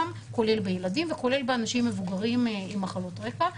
כולל בילדים וכולל באנשים מבוגרים עם מחלות רקע.